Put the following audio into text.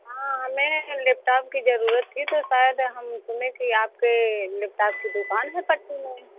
हाँ हमें लेपटॉप की ज़रूरत थी तो शायद हम सुनें कि आपके लेपटॉप की दुकान है पट्टी में